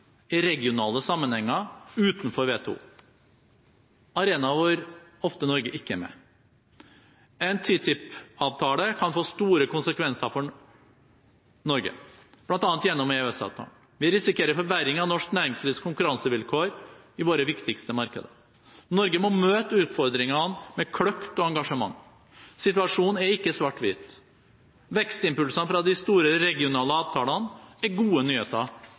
i regionale sammenhenger utenfor WTO, arenaer hvor Norge ofte ikke er med. En TTIP-avtale kan få store konsekvenser for Norge, bl.a. gjennom EØS-avtalen. Vi risikerer forverring av norsk næringslivs konkurransevilkår i våre viktigste markeder. Norge må møte utfordringene med kløkt og engasjement. Situasjonen er ikke svart-hvitt. Vekstimpulsene fra de store regionale avtalene er gode nyheter